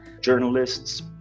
journalists